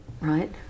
Right